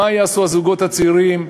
מה יעשו הזוגות הצעירים?